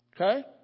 Okay